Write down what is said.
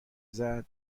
زدما